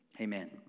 Amen